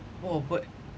oh but